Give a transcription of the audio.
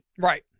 Right